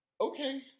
Okay